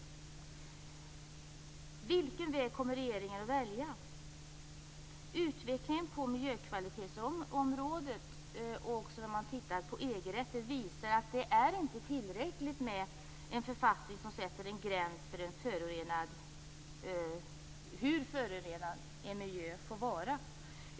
Vilken väg kommer regeringen att välja? Utvecklingen på miljökvalitetsområdet, också inom EG-rätten, visar att det inte är tillräckligt med en författning som sätter en gräns för hur förorenad en miljö får vara.